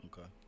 Okay